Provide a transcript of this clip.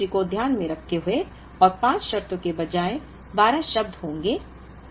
औसत इन्वेंट्री को ध्यान में रखते हुए और 5 शर्तों के बजाय 12 शब्द होंगे